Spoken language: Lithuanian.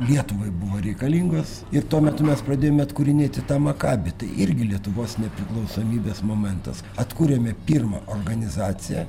lietuvai buvo reikalingos ir tuo metu mes pradėjome atkūrinėti tą maccabi tai irgi lietuvos nepriklausomybės momentas atkūrėme pirmą organizaciją